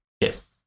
Yes